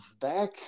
back